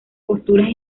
posturas